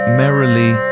merrily